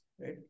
right